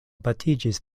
batiĝis